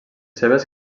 seves